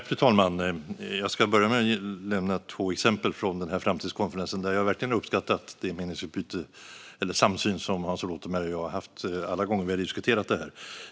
Fru talman! Jag ska ge två exempel från framtidskonferensen, och jag har verkligen uppskattat den samsyn Hans Rothenberg och jag har haft alla gånger vi har diskuterat detta.